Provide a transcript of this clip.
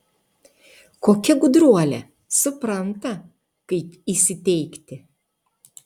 kokia gudruolė supranta kaip įsiteikti